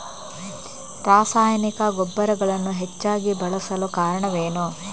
ರಾಸಾಯನಿಕ ಗೊಬ್ಬರಗಳನ್ನು ಹೆಚ್ಚಾಗಿ ಬಳಸಲು ಕಾರಣವೇನು?